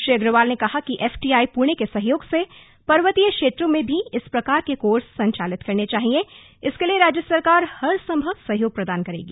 श्री अग्रवाल ने कहा कि एफटीआई पुणे के सहयोग से पर्वतीय क्षेत्रों में भी इस प्रकार के कोर्स संचालित करने चाहिए इसके लिए राज्य सरकार हर संभव सहयोग प्रदान करेगी